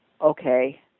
okay